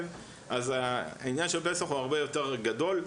אז העניין של פסח הוא הרבה יותר גדול.